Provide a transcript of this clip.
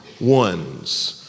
ones